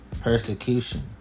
persecution